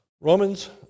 Romans